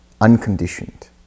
unconditioned